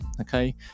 okay